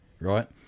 right